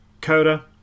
Coda